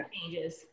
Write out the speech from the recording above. changes